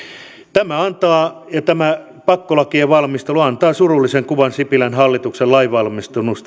tämä antaa ja tämä pakkolakien valmistelu antaa surullisen kuvan sipilän hallituksen lainvalmistelun